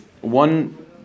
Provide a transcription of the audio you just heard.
one